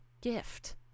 gift